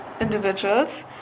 individuals